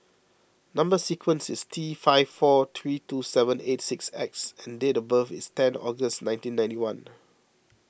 Number Sequence is T five four three two seven eight six X and date of birth is ten August nineteen ninety one